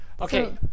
Okay